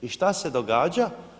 I šta se događa?